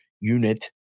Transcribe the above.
unit